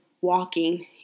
walking